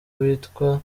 witwa